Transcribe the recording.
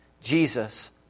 Jesus